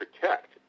protect